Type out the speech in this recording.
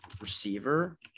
receiver